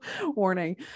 warning